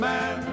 Man